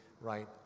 right